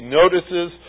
notices